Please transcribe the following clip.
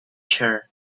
sure